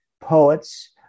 poets